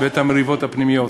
ואת המריבות הפנימיות.